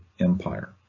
empire